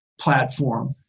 platform